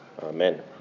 Amen